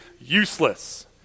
useless